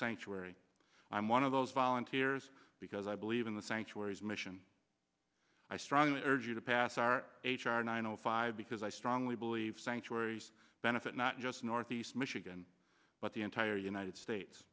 sanctuary i'm one of those volunteers because i believe in the sanctuaries mission i strongly urge you to pass our h r nine o five because i strongly believe sanctuaries benefit not just northeast michigan but the entire united states